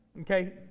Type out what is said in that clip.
Okay